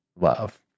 love